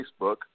Facebook